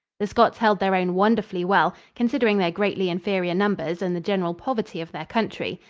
the scots held their own wonderfully well, considering their greatly inferior numbers and the general poverty of their country.